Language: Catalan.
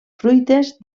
fruites